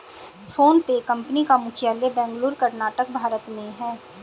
PhonePe company का मुख्यालय बेंगलुरु कर्नाटक भारत में है